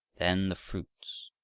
then the fruits!